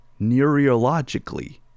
neurologically